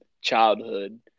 childhood